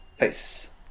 Peace